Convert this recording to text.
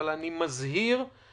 אבל אני מזהיר מכך